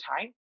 time